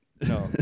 no